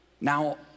Now